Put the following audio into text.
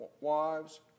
wives